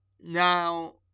Now